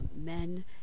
men